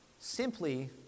simply